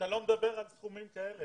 אתה לא מדבר על סכומים כאלה.